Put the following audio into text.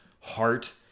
heart